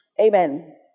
Amen